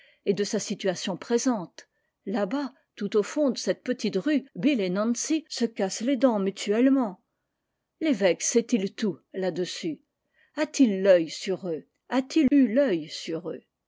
et de sa situation présente là-bas tout au fond de cette petite rue bill et nancy se cassent les dents mutuellement l'évêque sait-il tout là-dessus a t-il l'oeil sur eux a-t-il eu l'œu sur eux